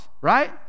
right